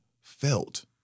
felt